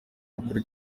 ukuri